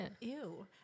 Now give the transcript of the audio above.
Ew